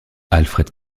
alfred